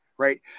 right